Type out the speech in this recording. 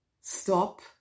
Stop